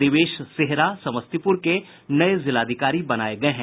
दिवेश सेहरा समस्तीपुर के नये जिलाधिकारी बनाये गये हैं